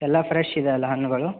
ಎಲ್ಲ ಫ್ರೆಶ್ ಇದೆಯಲ್ಲ ಹಣ್ಣುಗಳು